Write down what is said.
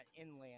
inland